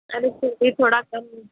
अरे फिर भी थोड़ा कम